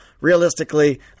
realistically